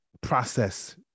process